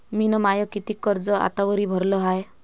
मिन माय कितीक कर्ज आतावरी भरलं हाय?